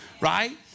right